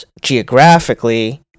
geographically